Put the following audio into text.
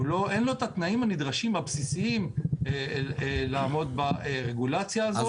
אין לו את התנאים הבסיסיים הנדרשים כדי לעמוד ברגולציה הזאת.